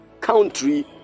country